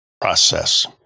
process